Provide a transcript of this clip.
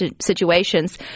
situations